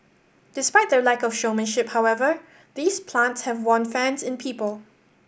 despite their lack of showmanship however these plants have won fans in people